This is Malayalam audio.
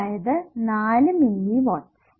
അതായതു 4 മില്ലിവാട്ടസ്